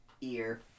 ear